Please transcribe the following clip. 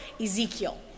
Ezekiel